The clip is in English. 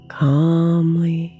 calmly